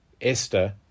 Esther